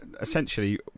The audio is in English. essentially